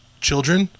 children